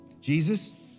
Jesus